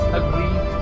agreed